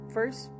First